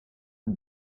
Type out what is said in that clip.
who